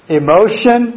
emotion